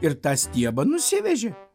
ir tą stiebą nusivežė